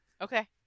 Okay